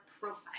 profile